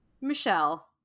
Michelle